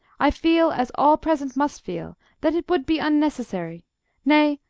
i feel, as all present must feel, that it would be unnecessary nay,